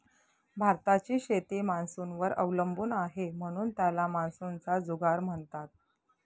भारताची शेती मान्सूनवर अवलंबून आहे, म्हणून त्याला मान्सूनचा जुगार म्हणतात